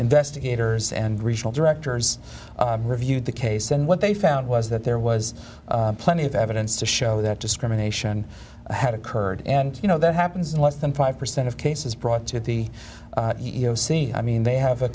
investigators and regional directors reviewed the case and what they found was that there was plenty of evidence to show that discrimination had occurred and you know that happens in less than five percent of cases brought to the e e o c i mean they have a